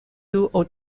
aux